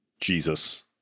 Jesus